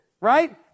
right